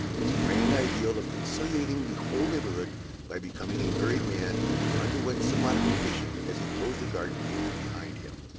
his grand idea of conciliating the whole neighborhood by becoming a married man underwent some modification as he closed the garden gate behind him.